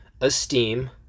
esteem